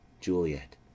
juliet